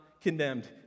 condemned